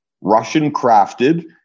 Russian-crafted